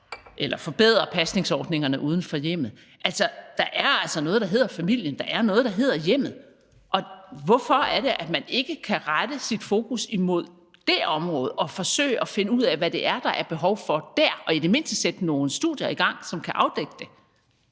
skal forbedre pasningsordningerne uden for hjemmet. Der er altså noget, der hedder familien. Der er noget, der hedder hjemmet. Hvorfor er det, at man ikke kan rette sit fokus imod det område og forsøge at finde ud af, hvad det er, der er behov for dér, og i det mindste sætte nogle studier i gang, som kan afdække det?